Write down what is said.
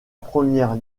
première